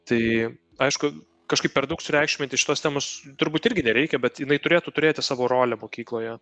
tai aišku kažkaip per daug sureikšminti šitos temos turbūt irgi nereikia bet jinai turėtų turėti savo rolę mokykloje